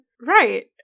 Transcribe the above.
Right